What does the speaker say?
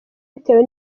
bitewe